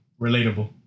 Relatable